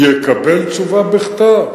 יקבל תשובה בכתב.